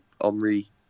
Omri